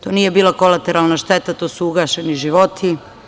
To nije bila kolateralna šteta, to su ugašeni životi.